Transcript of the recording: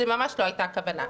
זו ממש לא הייתה הכוונה.